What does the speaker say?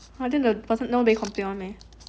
oh then the person nobody complain [one] meh